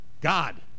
God